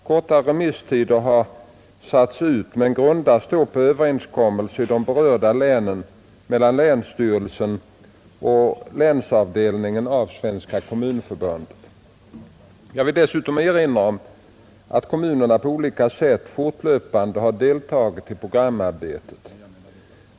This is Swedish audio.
Kortare remisstider kan ha satts ut men grundas då på överenskommelser i de berörda länen mellan länsstyrelsen och länsavdelningen av Svenska kommunförbundet. Jag vill dessutom erinra om att kommunerna på olika sätt fortlöpande har deltagit i programarbetet.